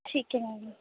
ਠੀਕ ਹੈ ਮੈਮ